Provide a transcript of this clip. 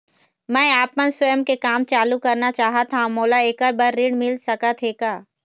मैं आपमन स्वयं के काम चालू करना चाहत हाव, मोला ऐकर बर ऋण मिल सकत हे का?